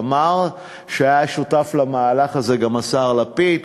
אמר שהיה שותף למהלך הזה גם השר לפיד,